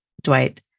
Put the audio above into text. Dwight